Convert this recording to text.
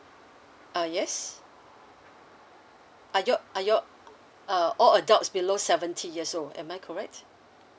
uh yes are you all you all uh all adults below seventy years old am I correct